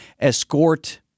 escort